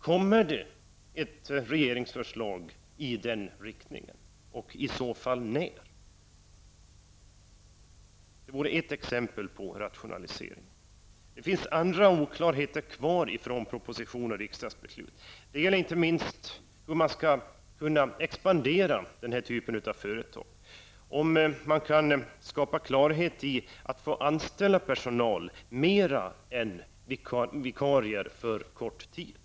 Kommer det ett regeringsförslag och i så fall när? Det vore ett exempel på rationalisering. Det finns andra oklarheter i proposition och riksdagsbeslut. Det gäller inte minst hur den ifrågavarande typen av företag skall kunna expandera. Kan man få anställa annan personal än vikarier som ju har att arbeta bara en kort tid?